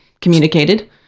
communicated